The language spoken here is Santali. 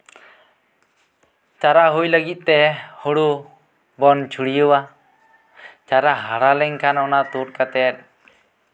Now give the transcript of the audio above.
ᱪᱟᱨᱟ ᱦᱩᱭ ᱞᱟᱹᱜᱤᱫ ᱛᱮ ᱦᱩᱲᱩ ᱵᱚᱱ ᱪᱷᱩᱲᱭᱟᱹᱣᱟ ᱪᱟᱨᱟ ᱦᱟᱲᱟ ᱞᱮᱱᱠᱷᱟᱱ ᱚᱱᱟ ᱛᱩᱫ ᱠᱟᱛᱮᱫ